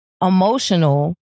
emotional